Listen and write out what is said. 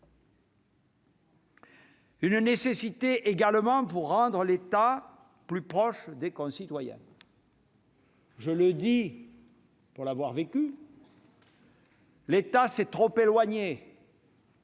est nécessaire aussi pour rendre l'État plus proche des concitoyens. Je le dis pour l'avoir vécu : l'État s'est trop éloigné.